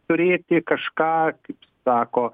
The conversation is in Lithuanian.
turėti kažką kaip sako